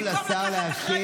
נא לשבת.